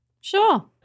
Sure